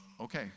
okay